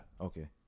Okay